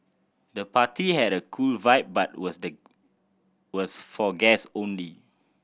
the party had a cool vibe but was for guests only